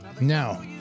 Now